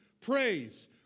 praise